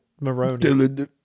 Maroney